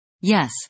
Yes